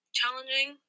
challenging